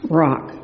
rock